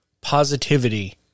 positivity